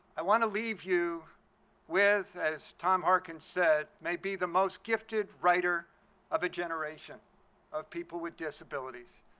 i want to leave you with, as tom harkin said, may be the most gifted writer of a generation of people with disabilities.